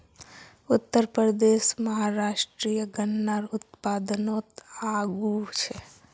उत्तरप्रदेश, महाराष्ट्र गन्नार उत्पादनोत आगू छे